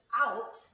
out